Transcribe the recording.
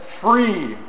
free